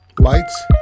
lights